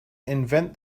invent